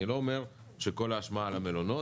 אני לא אומר שכל האשמה על המלונות,